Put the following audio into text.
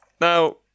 Now